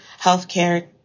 healthcare